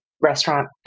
restaurant